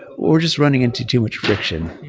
we're just running into too much friction.